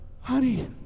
Honey